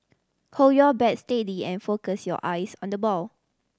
hold your bat steady and focus your eyes on the ball